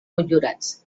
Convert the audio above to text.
motllurats